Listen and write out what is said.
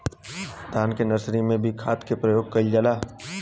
धान के नर्सरी में भी खाद के प्रयोग कइल जाला?